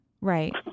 Right